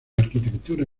arquitectura